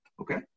okay